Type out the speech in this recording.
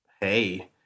hey